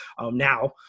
now